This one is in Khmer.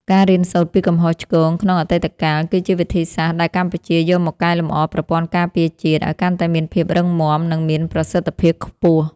ការរៀនសូត្រពីកំហុសឆ្គងក្នុងអតីតកាល គឺជាវិធីសាស្ត្រដែលកម្ពុជាយកមកកែលម្អប្រព័ន្ធការពារជាតិ ឱ្យកាន់តែមានភាពរឹងមាំ និងមានប្រសិទ្ធភាពខ្ពស់។